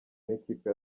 n’ikipe